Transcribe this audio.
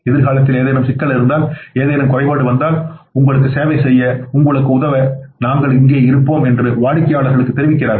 எதிர்காலத்தில் ஏதேனும் சிக்கல் இருந்தால் ஏதேனும் குறைபாடு வந்தால் உங்களுக்கு சேவை செய்ய உங்களுக்கு உதவ நாங்கள் இங்கே இருப்போம் என்று வாடிக்கையாளருக்குத் தெரிவிக்கிறார்கள்